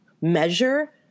measure